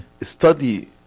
study